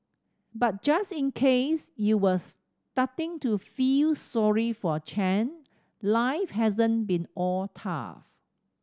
but just in case you were starting to feel sorry for Chen life hasn't been all tough